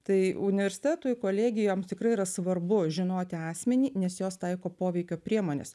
tai universitetui kolegijoms tikrai yra svarbu žinoti asmenį nes jos taiko poveikio priemones